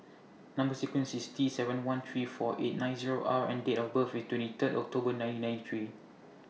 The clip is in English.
Number sequence IS T seven one three four eight nine Zero R and Date of birth IS twenty Third October nineteen ninety three